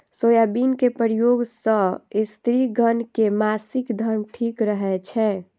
soybean के प्रयोग सं स्त्रिगण के मासिक धर्म ठीक रहै छै